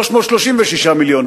336 מיליון.